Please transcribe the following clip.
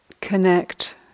connect